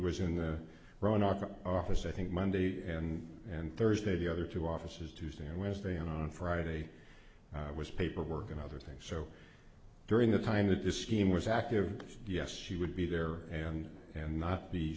was in the run our office i think monday and and thursday the other two offices tuesday and wednesday on friday was paperwork and other things so during the time that this scheme was active yes he would be there and and not be